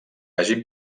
hagin